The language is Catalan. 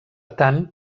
tant